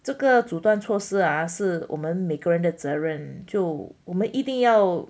这个阻断措施啊是我们每个人的责任就我们一定要